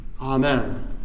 Amen